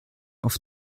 auf